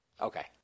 okay